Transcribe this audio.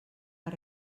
per